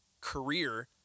career